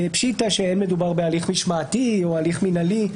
פשיטה שאין מדובר בהליך משמעתי או בהליך מינהלי.